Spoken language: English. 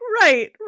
right